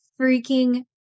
freaking